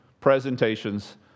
presentations